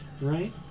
right